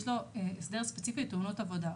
יש לו הסדר ספציפי לתאונות עבודה.